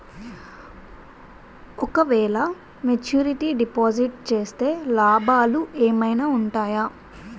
ఓ క వేల maturity deposit చేస్తే లాభాలు ఏమైనా ఉంటాయా?